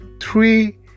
three